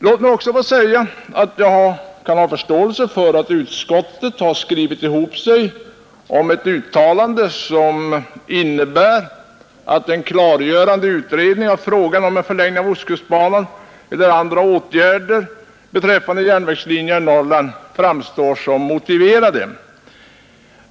Låt mig också få säga att jag kan ha förståelse för att utskottet har skrivit ihop sig om ett uttalande som innebär att en klargörande utredning av frågan om en förlängning av ostkustbanan eller andra åtgärder beträffande järnvägslinjerna i Norrland framstår som motiverad.